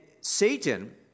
Satan